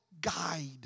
guide